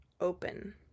open